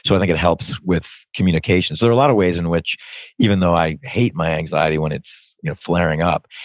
so i think it helps with communication. there are a lot of ways in which even though i hate my anxiety when it's flaring up,